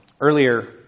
Earlier